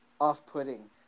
off-putting